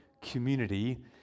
community